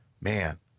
Man